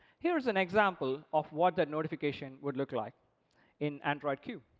here is an example of what that notification would look like in android q.